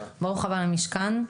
בבקשה.